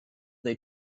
they